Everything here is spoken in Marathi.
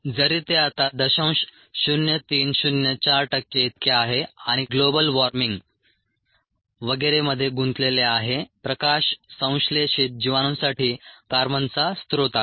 जरी ते आता दशांश शून्य 3 शून्य 4 टक्के इतके आहे आणि ग्लोबल वार्मिंग वगैरे मध्ये गुंतलेले आहे प्रकाश संश्लेषित जीवाणूंसाठी कार्बनचा स्त्रोत आहे